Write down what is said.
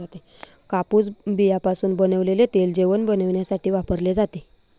कापूस बियाण्यापासून बनवलेले तेल जेवण बनविण्यासाठी वापरले जाते